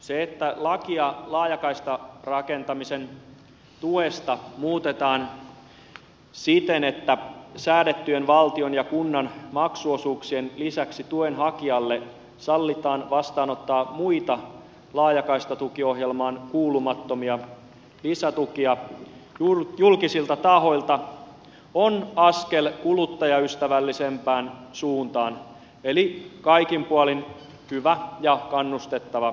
se että lakia laajakaistarakentamisen tuesta muutetaan siten että säädettyjen valtion ja kunnan maksuosuuksien lisäksi tuen hakijalle sallitaan vastaanottaa muita laajakaistatukiohjelmaan kuulumattomia lisätukia julkisilta tahoilta on askel kuluttajaystävällisempään suuntaan eli kaikin puolin hyvä ja kannustettava asia